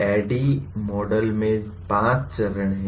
ADDIE model में 5 चरण हैं